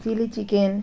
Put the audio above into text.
chilli chicken